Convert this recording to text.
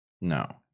No